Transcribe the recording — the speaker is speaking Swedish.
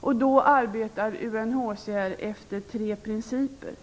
Då arbetar UNHCR efter tre principer.